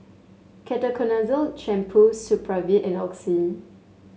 Ketoconazole Shampoo Supravit and Oxy